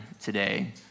today